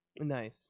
Nice